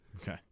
Okay